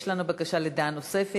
יש לנו בקשה לדעה נוספת.